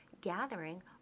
gathering